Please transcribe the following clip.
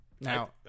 Now